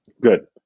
Good